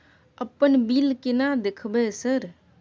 अपन बिल केना देखबय सर?